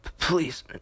Please